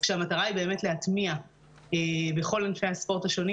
כשהמטרה היא באמת להטמיע בכל ענפי הספורט השונים